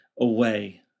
away